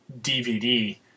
DVD